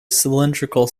cylindrical